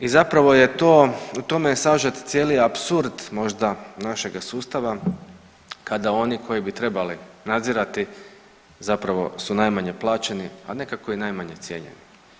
I zapravo je to, u tome je sažet cijeli apsurd možda našega sustava kada oni koji bi trebali nadzirati zapravo su najmanje plaćeni, a nekako i najmanje cijenjeni.